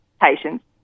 patients